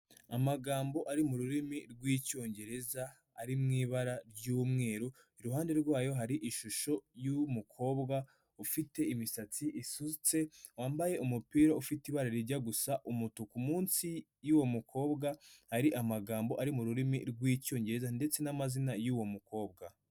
Amagambo ari mu rurimi rw'icyongereza ari mu ibara ry'umweru, iruhande rwayo hari ishusho y'umukobwa ufite imisatsi isutse, wambaye umupira ufite ibara rijya gusa umutuku, munsi y'uwo mukobwa hari amagambo ari mu rurimi rw'icyongereza ndetse n'amazina y'uwo mukobwa.